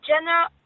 General